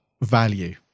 value